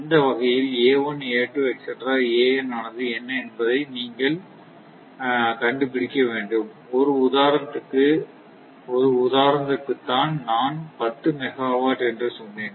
இந்த வகையில் ஆனது என்ன என்பதை நீங்கள் வேண்டும் ஒரு உதாரணத்துக்கு தான் நான் 10 மெகா வாட் என்று சொன்னேன்